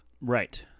Right